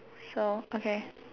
sure okay